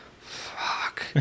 fuck